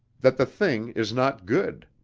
that the thing is not good.